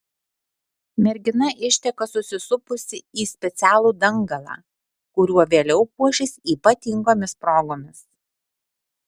mergina išteka susisupusi į specialų dangalą kuriuo vėliau puošis ypatingomis progomis